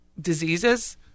diseases